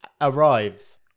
arrives